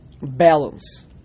balance